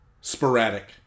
sporadic